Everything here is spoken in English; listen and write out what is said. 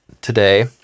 today